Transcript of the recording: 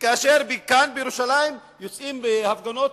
כאשר כאן בירושלים החרדים